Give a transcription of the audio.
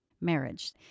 marriage